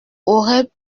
aurait